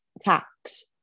tax